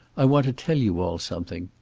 i want to tell you all something.